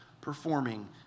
performing